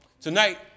tonight